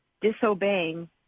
disobeying